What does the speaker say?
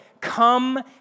come